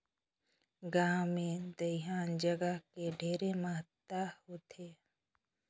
गांव मे दइहान जघा के ढेरे महत्ता होथे